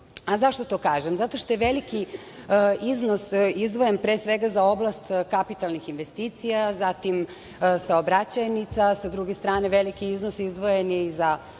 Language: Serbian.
zašto to kažem? Zato što je veliki iznos izdvojen pre svega za oblast kapitalnih investicija, zatim saobraćajnica, sa druge strane veliki je iznos izdvojen i za